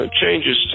changes